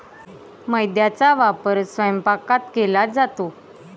मैद्याचा वापर स्वयंपाकात केला जातो